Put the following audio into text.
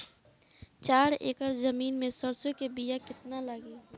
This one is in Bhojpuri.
चार एकड़ जमीन में सरसों के बीया कितना लागी?